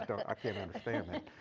i can't understand that.